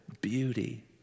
beauty